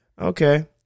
Okay